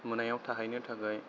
मोनायाव थाहैनो थाखाय